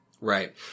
Right